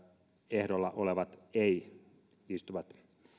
ehdolla olevat ei istuvat